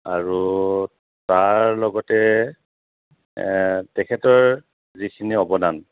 আৰু তাৰ লগতে তেখেতৰ যিখিনি অৱদান